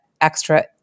extra